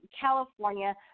California